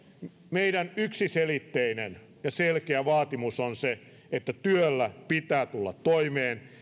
meidän yksiselitteinen ja selkeä vaatimuksemme on se että työllä pitää tulla toimeen